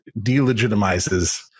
delegitimizes